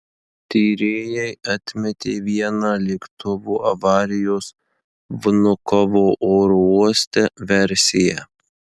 tyrėjai atmetė vieną lėktuvo avarijos vnukovo oro uoste versiją